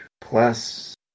plus